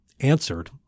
answered